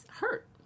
hurt